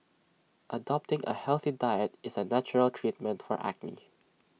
adopting A healthy diet is A natural treatment for acne